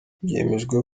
byemejwe